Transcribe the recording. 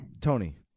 Tony